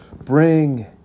Bring